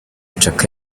chaka